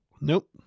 Nope